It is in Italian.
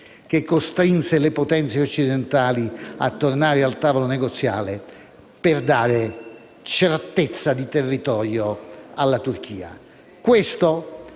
che costrinse le potenze occidentali a tornare al tavolo negoziale per dare certezza di confini alla Turchia.